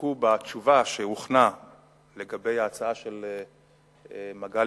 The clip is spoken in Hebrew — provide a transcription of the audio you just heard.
תסתפקו בתשובה שהוכנה לגבי ההצעה של מגלי